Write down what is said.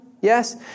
Yes